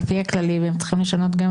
על פי הכללים הם צריכים לשנות גם